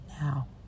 now